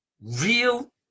real